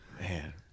man